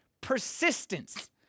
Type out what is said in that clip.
persistence